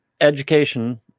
education